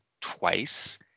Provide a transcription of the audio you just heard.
twice